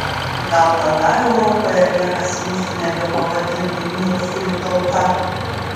gal tada europoje niekas mūsų nebepavadintų niurgzlių tauta